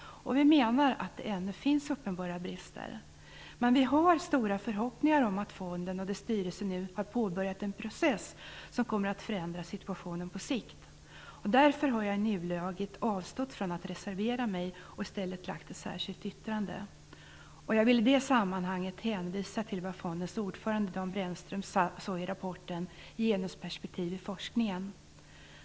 Vi menar att det ännu finns uppenbara brister. Vi har dock stora förhoppningar om att fonden och dess styrelse nu har påbörjat en process som kommer att förändra situationen på sikt. Därför har jag i nuläget avstått från att reservera mig, och i stället lagt ett särskilt yttrande. Jag vill i det sammanhanget hänvisa till vad fondens ordförande Dan Brändström sade i rapporten Genusperspektiv i forskningen.